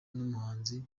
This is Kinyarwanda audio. n’umuhanzi